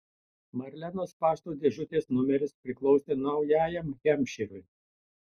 marlenos pašto dėžutės numeris priklausė naujajam hampšyrui